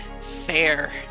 fair